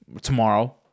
tomorrow